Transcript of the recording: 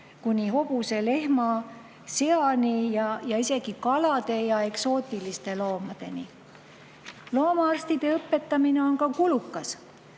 kuni hobuse, lehma ja seani ning isegi kalade ja eksootiliste loomadeni. Loomaarstide õpetamine on ka kulukas,